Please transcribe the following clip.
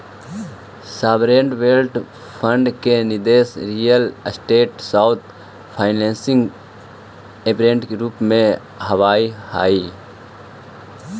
sovereign wealth fund के निवेश real estate आउ फाइनेंशियल ऐसेट के रूप में होवऽ हई